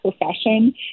profession